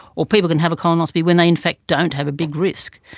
or people can have a colonoscopy when they in fact don't have a big risk.